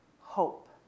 hope